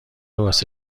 واسه